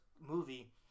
movie